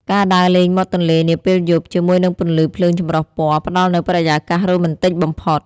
ការដើរលេងមាត់ទន្លេនាពេលយប់ ជាមួយនឹងពន្លឺភ្លើងចម្រុះពណ៌ ផ្ដល់នូវបរិយាកាសរ៉ូមែនទិកបំផុត។